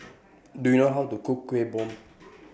Do YOU know How to Cook Kuih Bom